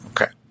Okay